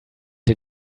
den